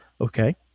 Okay